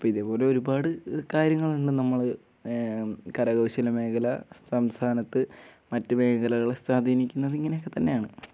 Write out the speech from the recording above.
അപ്പം ഇതേപോലെ ഒരുപാട് കാര്യങ്ങളണ്ട് നമ്മൾ കരകൗശല മേഖല സംസ്ഥാനത്ത് മറ്റ് മേഖലകളെ സ്വാധീനിക്കുന്നത് ഇങ്ങനെയൊക്കെ തന്നെയാണ്